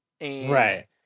Right